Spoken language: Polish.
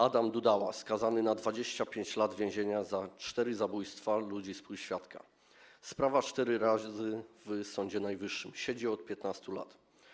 Adam Dudała skazany na 25 lat więzienia za cztery zabójstwa ludzi z półświatka - sprawa cztery razy była w Sądzie Najwyższym - siedzi od 15 lat.